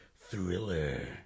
thriller